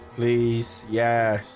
please yeah,